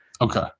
okay